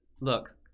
look